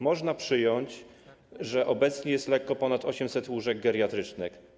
Można przyjąć, że obecnie jest nieco ponad 800 łóżek geriatrycznych.